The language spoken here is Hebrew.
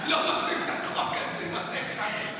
לא רוצים את החוק הזה, מה זה הכנו"?